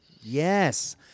Yes